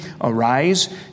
Arise